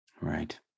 Right